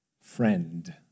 Friend